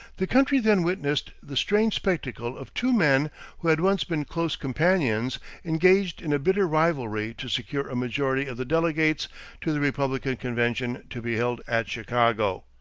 the country then witnessed the strange spectacle of two men who had once been close companions engaged in a bitter rivalry to secure a majority of the delegates to the republican convention to be held at chicago.